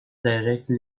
directly